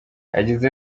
yagize